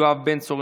יואב בן צור,